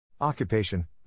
Occupation